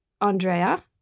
Andrea